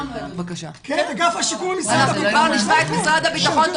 כבר נשמע את משרד הבטחון.